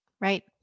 Right